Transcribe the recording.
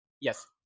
Yes